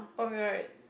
oh right